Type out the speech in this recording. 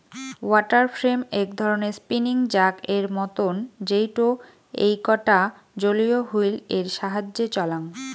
water frame এক ধরণের spinning jack এর মতন যেইটো এইকটা জলীয় হুইল এর সাহায্যে চলাং